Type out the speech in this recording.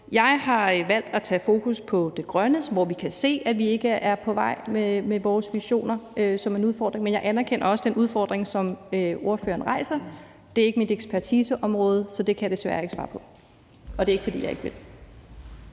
Jeg har valgt at have fokus på det grønne som en udfordring, hvor vi kan se, at vi ikke er på vej mod vores visioner. Men jeg anerkender også den udfordring, som ordføreren rejser. Det er ikke mit ekspertiseområde, så det kan jeg desværre ikke svare på. Og det er ikke, fordi jeg ikke vil.